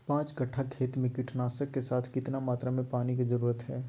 पांच कट्ठा खेत में कीटनाशक के साथ कितना मात्रा में पानी के जरूरत है?